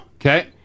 Okay